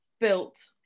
built